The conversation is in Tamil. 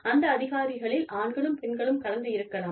அந்த அதிகாரிகளில் ஆண்களும் பெண்களும் கலந்து இருக்கலாம்